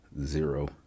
zero